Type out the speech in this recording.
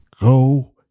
Go